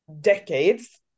decades